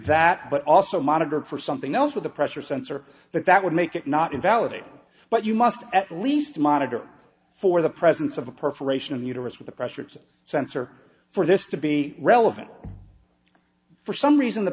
that but also monitored for something else with a pressure sensor that that would make it not invalidate but you must at least monitor for the presence of a perforation of the uterus with a pressure sensor for this to be relevant for some reason the